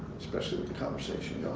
especially with the conversation.